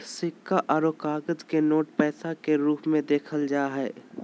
सिक्का आरो कागज के नोट पैसा के रूप मे देखल जा हय